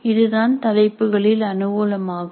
இதுதான் தலைப்புகளில் அனுகூலமாகும்